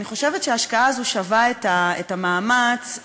וזו הפעם הראשונה שהוא זוכה להגיע לקריאה ראשונה.